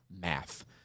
Math